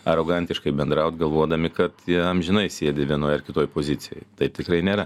arogantiškai bendraut galvodami kad jie amžinai sėdi vienoj ar kitoj pozicijoj tai tikrai nėra